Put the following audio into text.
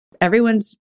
everyone's